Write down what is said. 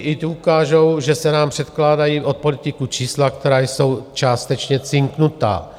I ty ukážou, že se nám předkládají od politiků čísla, která jsou částečně cinknutá.